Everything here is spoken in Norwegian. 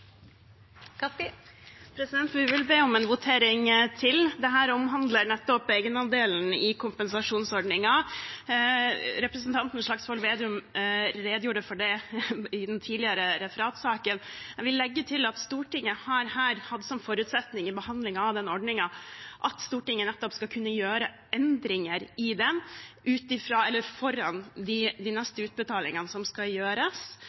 Kaski har bedt om ordet. Vi vil be om en votering til. Dette omhandler nettopp egenandelen i kompensasjonsordningen. Representanten Slagsvold Vedum redegjorde for det i den tidligere referatsaken. Jeg vil legge til at Stortinget her har hatt som forutsetning i behandling av den ordningen at Stortinget nettopp skal kunne gjøre endringer i den foran de neste utbetalingene som skal gjøres,